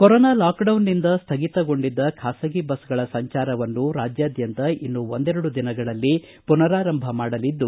corona ಲಾಕ್ಡೌನ್ದಿಂದ ಸ್ಥಗಿತಗೊಳಿಸಿದ್ದ ಬಾಸಗಿ ಬಸ್ಗಳ ಸಂಚಾರವನ್ನೂ ರಾಜ್ಯಾದ್ಯಂತ ಇನ್ನು ಒಂದೆರಡು ದಿನಗಳಲ್ಲಿ ಪುನರಾರಂಭ ಮಾಡಲಿದ್ದು